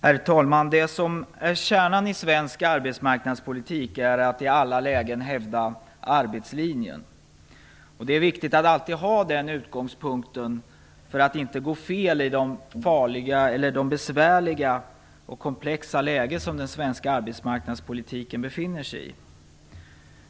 Herr talman! Det som är kärnan i svensk arbetsmarknadspolitik är att i alla lägen hävda arbetslinjen. Det är viktigt att alltid ha den utgångspunkten för att inte gå fel i det besvärliga och komplexa läge som den svenska arbetsmarknadspolitiken befinner sig i.